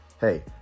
hey